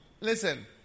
listen